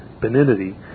benignity